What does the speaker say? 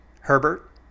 Herbert